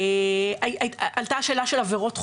אוקיי עלתה השאלה של עבירות חוזרות.